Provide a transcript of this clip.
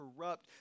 corrupt